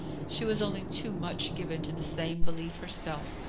she was only too much given to the same belief herself.